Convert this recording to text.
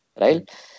right